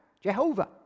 Jehovah